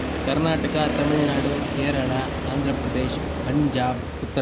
Karnataka Tamil Nadu Kerala Andhra Pradesh Punjab Uttar